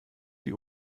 die